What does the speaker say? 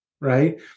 right